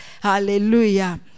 Hallelujah